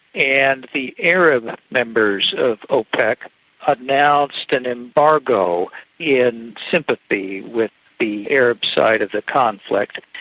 and the arab members of opec announced an embargo in sympathy with the arab side of the conflict.